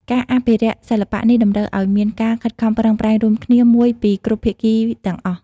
ការអភិរក្សសិល្បៈនេះតម្រូវឱ្យមានការខិតខំប្រឹងប្រែងរួមគ្នាមួយពីគ្រប់ភាគីទាំងអស់។